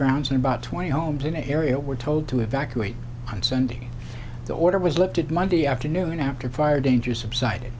grounds and about twenty homes in an area were told to evacuate on sunday the order was lifted monday afternoon after fire danger subsided